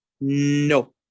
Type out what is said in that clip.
No